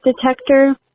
detector